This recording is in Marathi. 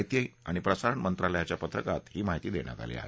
माहिती आणि प्रसारण मंत्रालयाच्या पत्रकात ही माहिती देण्यात आली आहे